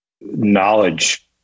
knowledge